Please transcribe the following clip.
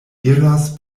iras